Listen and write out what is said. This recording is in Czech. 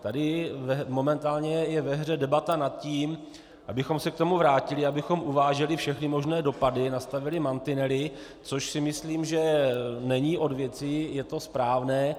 Tady je momentálně ve hře debata nad tím, abychom se k tomu vrátili, abychom uvážili všechny možné dopady, nastavili mantinely, což si myslím, že není od věci, je to správné.